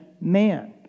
man